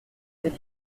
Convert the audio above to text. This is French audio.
c’est